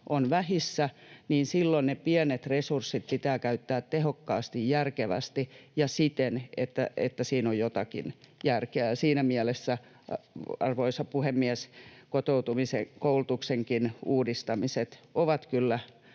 ovat vähissä, pitää ne pienet resurssit käyttää tehokkaasti, järkevästi ja siten, että siinä on jotakin järkeä. Siinä mielessä, arvoisa puhemies, kotoutumisen ja koulutuksenkin uudistamiset ovat kyllä